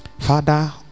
father